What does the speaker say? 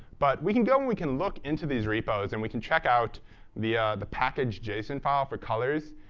but we can go and we can look into these repos and we can check out the ah the package json file for colors,